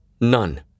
None